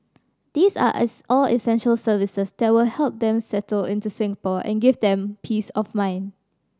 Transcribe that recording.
these are as all essential services that will help them settle into Singapore and give them peace of mind